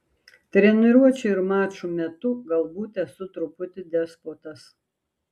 treniruočių ir mačų metu galbūt esu truputį despotas